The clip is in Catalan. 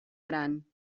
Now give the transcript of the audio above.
gran